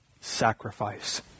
sacrifice